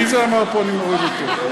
מי זה אמר פה: אני מוריד אותו,